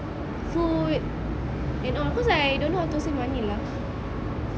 food and all cause I don't know how to spend my money lah